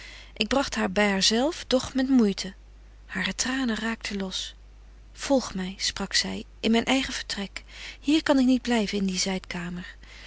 ik bragt haar by haar zelf doch met moeite hare tranen raakten los volg my sprak zy in myn eigen vertrek hier kan ik niet blyven in de zydkamer